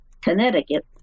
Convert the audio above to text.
Connecticut